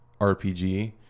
RPG